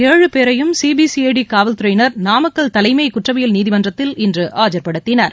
ஏழு பேரையும் சிபிசிஐடி ளவல்துறையினர் நாமக்கல் தலைமை குற்றவியல் நீதிமன்றத்தில் இன்று ஆஜர்படுத்தினர்